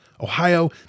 Ohio